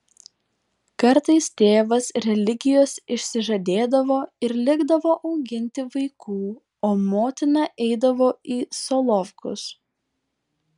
kartais tėvas religijos išsižadėdavo ir likdavo auginti vaikų o motina eidavo į solovkus